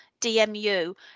DMU